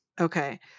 Okay